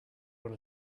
will